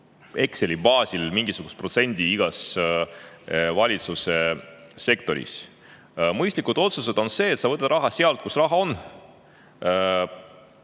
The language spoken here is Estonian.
Exceli baasil mingisuguse protsendi igas valitsussektoris. Mõistlikud otsused on need, kui sa võtad raha sealt, kus raha